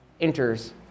enters